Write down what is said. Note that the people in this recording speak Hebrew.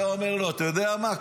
היה אומר לו: אתה יודע מה,